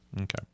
Okay